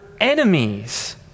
enemies